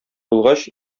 булгач